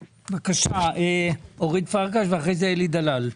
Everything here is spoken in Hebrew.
בבקשה, אורית פרקש ואחרי זה אלי דלל.